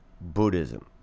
Buddhism